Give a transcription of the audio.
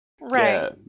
Right